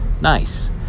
nice